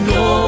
no